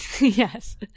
Yes